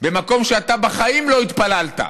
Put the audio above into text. במקום שאתה בחיים לא התפללת,